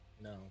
No